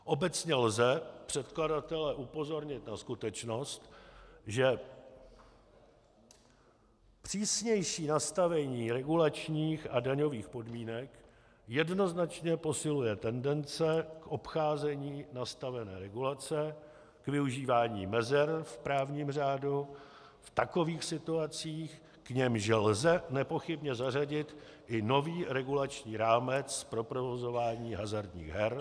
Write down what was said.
Obecně lze předkladatele upozornit na skutečnost, že přísnější nastavení regulačních a daňových podmínek jednoznačně posiluje tendence k obcházení nastavené regulace a k využívání mezer v právním řádu v takových situacích, k nimž lze nepochybně zařadit i nový regulační rámec pro provozování hazardních her...